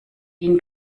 ihn